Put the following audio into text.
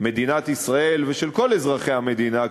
מדינת ישראל ושל כל אזרחי המדינה,